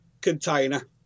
container